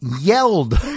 yelled